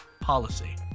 policy